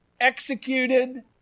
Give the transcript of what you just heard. executed